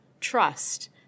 trust